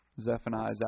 Zephaniah